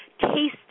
tasting